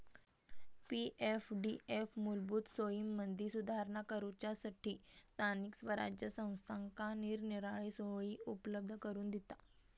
पी.एफडीएफ मूलभूत सोयींमदी सुधारणा करूच्यासठी स्थानिक स्वराज्य संस्थांका निरनिराळे सोयी उपलब्ध करून दिता